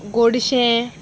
गोडशें